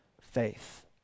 faith